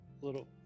little